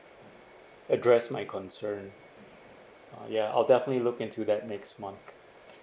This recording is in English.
address my concern ah ya I'll definitely look into that next month